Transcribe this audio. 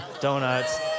donuts